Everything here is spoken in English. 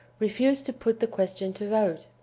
refused to put the question to vote.